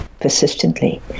persistently